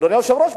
אדוני היושב-ראש,